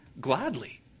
gladly